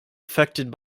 affected